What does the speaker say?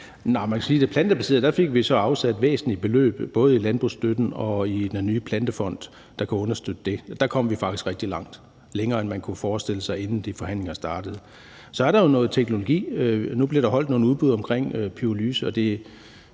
der så fik afsat væsentlige beløb både i landbrugsstøtten og i den nye plantefond, der kan understøtte det. Der kom vi faktisk rigtig langt – længere end man kunne forestille sig, inden de forhandlinger startede. Så er der jo noget teknologi i det. Nu blev der afholdt nogle udbud om pyrolyse;